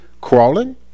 crawling